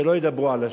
שלא ידברו על השוק,